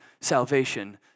salvation